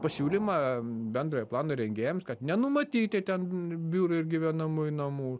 pasiūlymą bendrojo plano rengėjams kad nenumatyti ten biurų ir gyvenamųjų namų